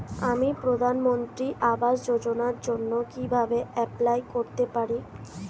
আমি প্রধানমন্ত্রী আবাস যোজনার জন্য কিভাবে এপ্লাই করতে পারি?